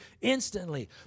instantly